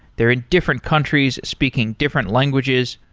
they're in different countries, speaking different languages.